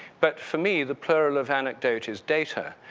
but for me, the plural of anecdote is data.